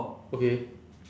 okay